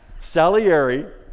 Salieri